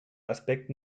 aspekt